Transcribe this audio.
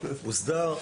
הוסדר,